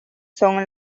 son